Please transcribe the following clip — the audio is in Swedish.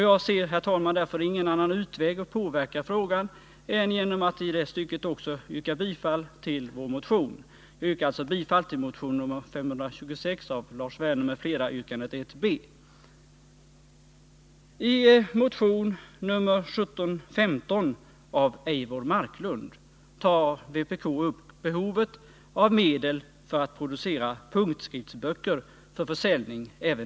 Jag ser därför ingen annan möjlighet att påverka saken än att också på den punkten yrka bifall till motionen. Jag yrkar alltså bifall till yrkande 1b i motion 526 av Lars Werner m.fl. I motion 1715 av Eivor Marklund tar vpk upp behovet av medel även nästa budgetår för att producera punktskriftsböcker för försäljning.